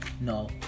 No